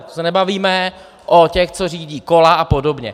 My se nebavíme o těch, co řídí kola apod.